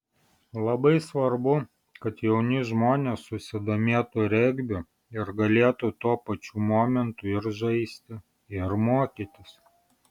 labai svarbu kad jauni žmonės susidomėtų regbiu ir galėtų tuo pačiu momentu ir žaisti ir mokytis